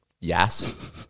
yes